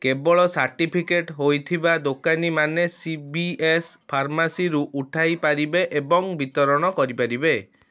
କେବଳ ସାର୍ଟିଫିକେଟ୍ ହୋଇଥିବା ଦୋକାନୀମାନେ ସି ବି ଏସ୍ ଫାର୍ମାସିରୁ ଉଠାଇପାରିବେ ଏବଂ ବିତରଣ କରିପାରିବେ